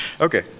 Okay